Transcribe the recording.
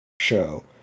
show